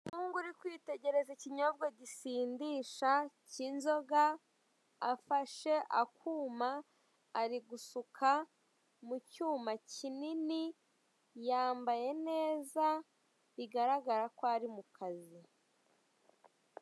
Umuhungu uri kwitegereza ikinyobwa gisindisha cy'inzoga, afashe akuma ari gusuka mu cyuma kinini, yambaye neza bigaragara ko ari mu kazi.